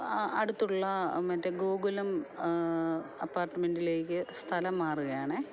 അടുത്തുള്ള മറ്റെ ഗോകുലം അപ്പാർട്ട്മെൻ്റിലേക്ക് സ്ഥലം മാറുകയാണ്